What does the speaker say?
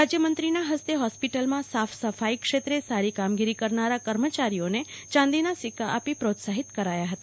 રાજ્યમંત્રીના હસ્તે હોસ્પિટલમાં સાફ સફાઇ ક્ષેત્રે સારીકામગીરી કરનારા કર્મચારીઓને ચાંદીના સિક્કા આપી પ્રોત્સાહિત કરાયા હતા